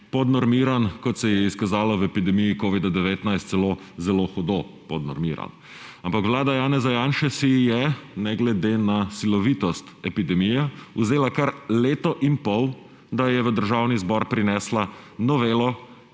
podnormiran, kot se je izkazalo v epidemiji covida-19, celo zelo hudo podnormiran. Ampak vlada Janeza Janše si je, ne glede na silovitost epidemije, vzela kar leto in pol, da je v Državni zbor prinesla novelo,